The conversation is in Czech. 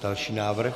Další návrh.